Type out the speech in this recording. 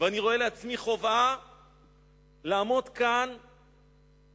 ואני רואה לעצמי חובה לעמוד כאן ולייצג